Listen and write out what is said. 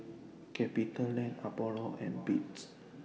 CapitaLand Apollo and Beats